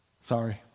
Sorry